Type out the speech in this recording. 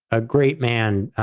a great man,